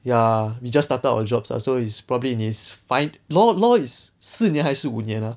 ya we just started our jobs ah so he's probably in his fin~ no law is 四年还是五年 ah